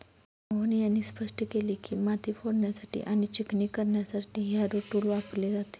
मोहन यांनी स्पष्ट केले की, माती फोडण्यासाठी आणि चिकणी करण्यासाठी हॅरो टूल वापरले जाते